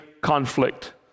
conflict